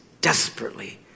desperately